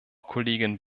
kollegin